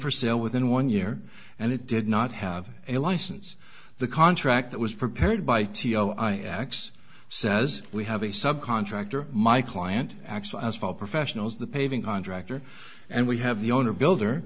for sale within one year and it did not have a license the contract that was prepared by t o i x says we have a subcontractor my client x as for professionals the paving contractor and we have the owner builder